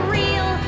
real